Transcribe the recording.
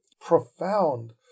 profound